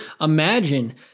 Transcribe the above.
Imagine